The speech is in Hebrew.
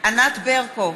ענת ברקו,